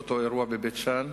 באותו אירוע בבית-שאן,